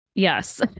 Yes